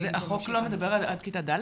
החוק לא מדבר על עד כיתה ד'?